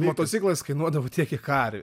motociklas kainuodavo tiek kiek karvė